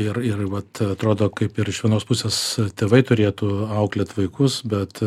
ir ir vat atrodo kaip ir iš vienos pusės tėvai turėtų auklėt vaikus bet